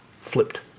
flipped